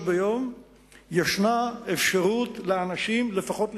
ביום ישנה אפשרות לאנשים לפחות לשתות.